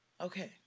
okay